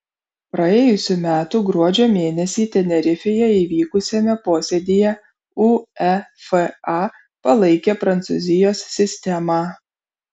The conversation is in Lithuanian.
praėjusių metų gruodžio mėnesį tenerifėje įvykusiame posėdyje uefa palaikė prancūzijos sistemą